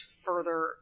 further